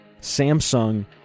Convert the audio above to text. Samsung